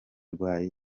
yarwaye